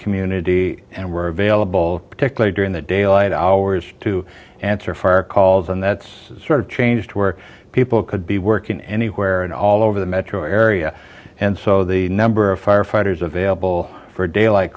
community and were available particularly during the daylight hours to answer for calls and that's sort of changed where people could be working anywhere and all over the metro area and so the number of firefighters available for daylight